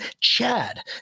chad